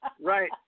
Right